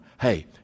Hey